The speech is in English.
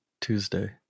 Tuesday